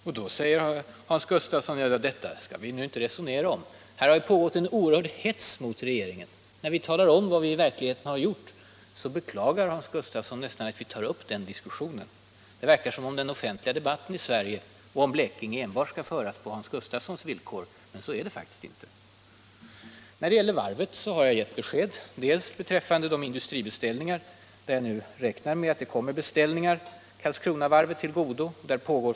Och då säger Hans Gustafsson: Detta skall vi inte resonera om. Här har pågått en oerhörd hets mot regeringen. Och när vi talar om vad vi i verkligheten gjort så klagar Hans Gustafsson nästan över att vi tar upp den diskussionen. Det verkar som om den offentliga debatten i Sverige om Blekinge skulle föras på enbart Hans Gustafssons villkor. Men så är det faktiskt inte. När det gäller varvet har jag gett besked beträffande industribeställningarna:Jag räknar med att sådana beställningar nu kommer Karlskronavarvet till godo.